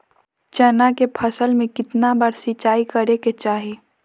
चना के फसल में कितना बार सिंचाई करें के चाहि?